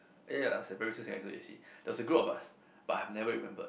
ya it's like primary school secondary school j_c there was a group of us but I've never remembered